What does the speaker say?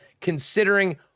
considering